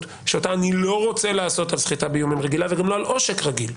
שאותה אני לא רוצה לעשות על סחיטה באיומים רגילה וגם לא על עושק רגיל.